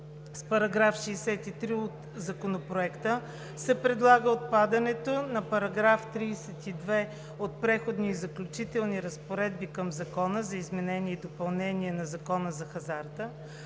С § 63 от Законопроекта се предлага отпадането на § 32 от Преходните и заключителните разпоредби към Закона за изменение и допълнение на Закона за хазарта,